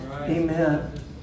Amen